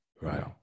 Right